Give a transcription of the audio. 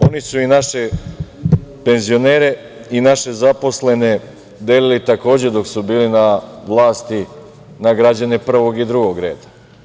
Oni su i naše penzionere i naše zaposlene delili takođe dok su bili na vlasti na građane prvog i drugog reda.